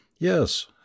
Yes